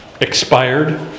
expired